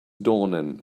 dawning